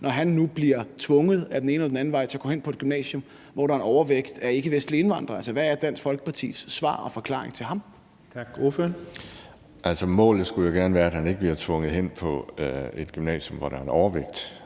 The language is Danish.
når han nu bliver tvunget ad den ene eller den anden vej til at komme hen på et gymnasium, hvor der er en overvægt af ikkevestlige indvandrere? Hvad er Dansk Folkepartis svar og forklaring til ham? Kl. 12:26 Den fg. formand (Jens Henrik Thulesen Dahl): Tak. Ordføreren.